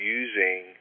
using